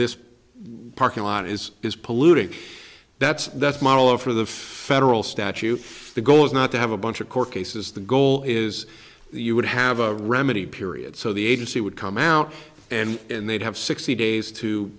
this parking lot is is polluting that's that model of for the federal statute the goal is not to have a bunch of court cases the goal is you would have a remedy period so the agency would come out and they'd have sixty days to